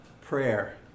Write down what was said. prayer